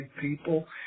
people